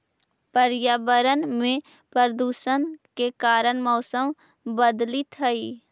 पर्यावरण में प्रदूषण के कारण मौसम बदलित हई